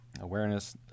Awareness